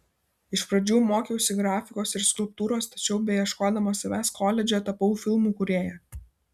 iš pradžių mokiausi grafikos ir skulptūros tačiau beieškodama savęs koledže tapau filmų kūrėja